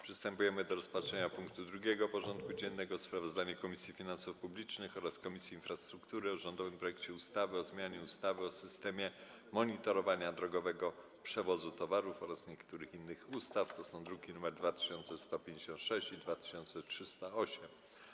Przystępujemy do rozpatrzenia punktu 2. porządku dziennego: Sprawozdanie Komisji Finansów Publicznych oraz Komisji Infrastruktury o rządowym projekcie ustawy o zmianie ustawy o systemie monitorowania drogowego przewozu towarów oraz niektórych innych ustaw (druki nr 2156 i 2308)